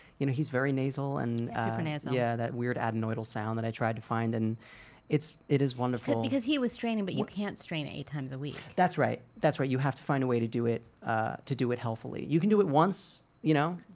you know he's very nasal. super nasal. and and and yeah that weird adenoidal sound that i tried to find and it's it is wonderful. because he was straining but you can't strain eight times a week. that's right. that's right. you have to find a way to do it to do it healthily. you can do it once you know?